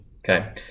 Okay